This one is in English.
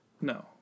No